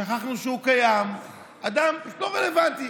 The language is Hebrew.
שכחנו שהוא קיים, אדם לא רלוונטי.